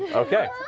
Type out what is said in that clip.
okay,